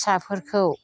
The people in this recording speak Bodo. फिसाफोरखौ